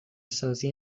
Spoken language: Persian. سازی